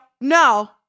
No